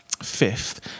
fifth